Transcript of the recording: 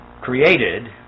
created